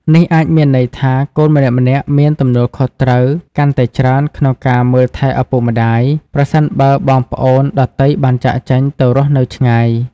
នេះអាចមានន័យថាកូនម្នាក់ៗមានទំនួលខុសត្រូវកាន់តែច្រើនក្នុងការមើលថែឪពុកម្តាយ ប្រសិនបើបងប្អូនដទៃបានចាកចេញទៅរស់នៅឆ្ងាយ។